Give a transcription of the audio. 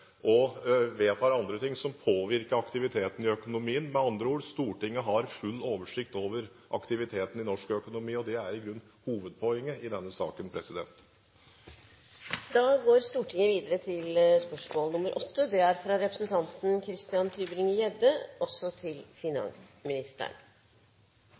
vedtar andre ting som påvirker aktiviteten i økonomien. Med andre ord: Stortinget har full oversikt over aktiviteten i norsk økonomi, og det er i grunnen hovedpoenget i denne saken. «Regjeringen mener økt oljepengebruk til